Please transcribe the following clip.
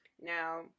Now